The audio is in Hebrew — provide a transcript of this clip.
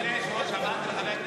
אדוני היושב-ראש,